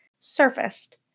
surfaced